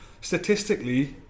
Statistically